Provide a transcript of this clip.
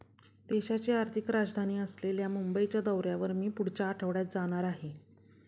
देशाची आर्थिक राजधानी असलेल्या मुंबईच्या दौऱ्यावर मी पुढच्या आठवड्यात जाणार आहे